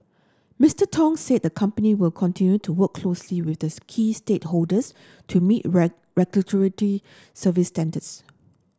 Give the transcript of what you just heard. Mister Tong said the company will continue to work closely with this key stakeholders to meet regulatory service standards